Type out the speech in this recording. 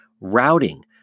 routing